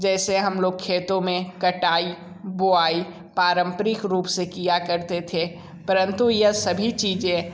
जैसे हम लोग खेतों में कटाई बुआई पारंपरिक रूप से किया करते थे परंतु यह सभी चीज़ें